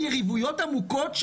יש יריבויות עמוקות,